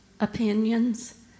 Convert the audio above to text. opinions